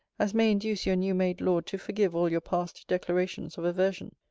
as may induce your new-made lord to forgive all your past declarations of aversion.